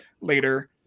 later